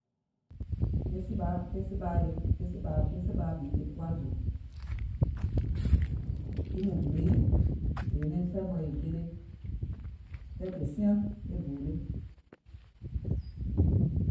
Ke sìɓaà, ke sìɓaà ye, ke sìɓaà bi kè kuwa dò, kiŋ mùŋ gbìlè nyiìŋ, è nyɛnɛŋ fɛɛ̀ mɔ̀ɛ̀ è jele, kɛɛ kè siaŋ, e gòò le